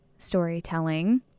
storytelling